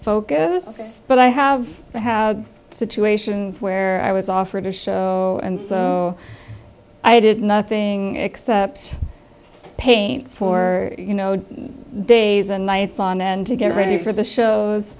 focus but i have had situations where i was offered a show and so i did nothing except paint for days and nights on end to get ready for the shows